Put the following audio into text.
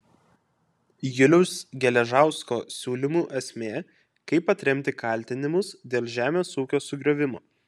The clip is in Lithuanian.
juliaus geležausko siūlymų esmė kaip atremti kaltinimus dėl žemės ūkio sugriovimo